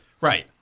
right